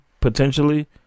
potentially